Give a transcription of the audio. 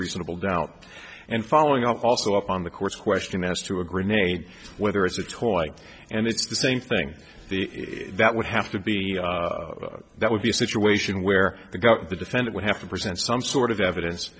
reasonable doubt and following up also on the court's question as to a grenade whether it's a toy and it's the same thing that would have to be that would be a situation where the got the defendant would have to present some sort of evidence